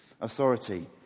authority